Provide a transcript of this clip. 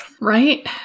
Right